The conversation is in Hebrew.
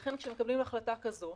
ולכן כשמקבלים החלטה כזאת,